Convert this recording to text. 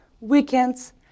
weekends